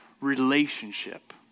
relationship